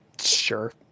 Sure